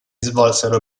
svolsero